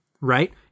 right